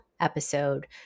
episode